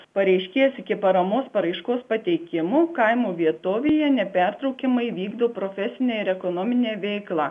pareiškėjas iki paramos paraiškos pateikimų kaimo vietovėje nepertraukiamai vykdo profesinę ir ekonominę veiklą